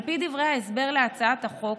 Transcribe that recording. על פי דברי ההסבר להצעת החוק,